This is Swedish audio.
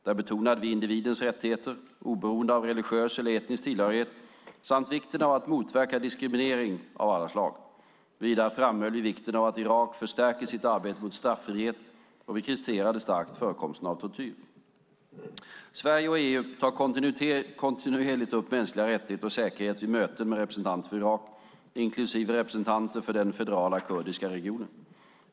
Där betonade vi individens rättigheter, oberoende av religiös eller etnisk tillhörighet samt vikten av att motverka diskriminering av alla slag. Vidare framhöll vi vikten av att Irak förstärker sitt arbete mot straffrihet, och vi kritiserade starkt förekomsten av tortyr. Sverige och EU tar kontinuerligt upp mänskliga rättigheter och säkerhet vid möten med representanter för Irak, inklusive representanter för den federala kurdiska regionen.